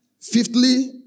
fifthly